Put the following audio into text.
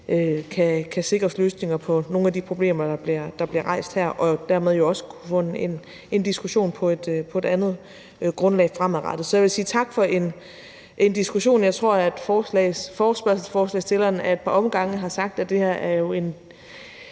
kan sikres løsninger på nogle af de problemer, der bliver rejst her, og man vil dermed jo også kunne få en diskussion på et andet grundlag fremadrettet. Så jeg vil sige tak for diskussionen. Jeg tror, at ordføreren for forespørgerne ad et par omgange har sagt, at det her jo er